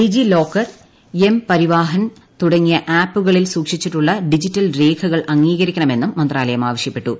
ഡിജി locker M Parivahan തുടങ്ങിയ ആപ്പുകളിൽ സൂക്ഷിച്ചിട്ടുള്ള ഡിജിറ്റൽ രേഖകൾ അംഗീകരിക്കണമെന്നും മന്ത്രാലയം ആവശ്യപ്പെട്ടു